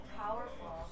powerful